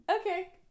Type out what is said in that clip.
Okay